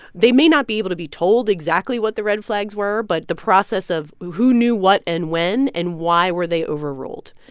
they may not be able to be told exactly what the red flags were. but the process of who who knew what and when and why were they overruled.